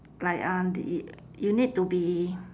like uh you need to be